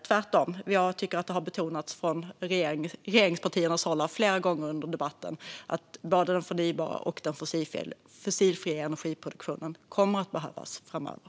Tvärtom tycker jag att det flera gånger under debatten har betonats från regeringspartiernas håll att både den förnybara och den fossilfria energiproduktionen kommer att behövas framöver.